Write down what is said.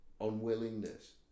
unwillingness